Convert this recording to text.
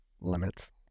limits